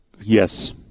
Yes